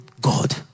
God